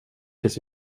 tills